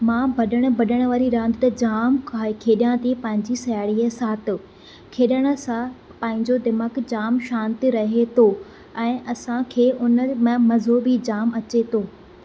मां भॼण भॼण वारी रांदि त जाम खेॾिया थी पंहिंजी साहेड़ियूं जे साथ खेॾण सां पंहिंजो दिमाग़ जाम शांति रहे थो ऐं असां खे हुन में मज़ो बि जाम अचे थो